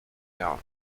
town